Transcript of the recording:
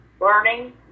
learning